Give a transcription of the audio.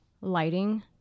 lighting